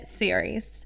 series